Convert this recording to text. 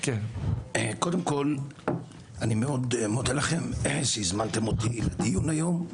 קודם כל אני מאוד מודה לכם שהזמנתם אותי לדיון היום,